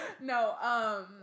No